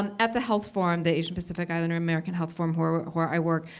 um at the health forum, the asian pacific islander american health forum where where i work,